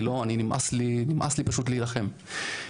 נמאס לי פשוט להילחם,